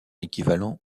équivalents